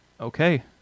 okay